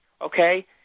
Okay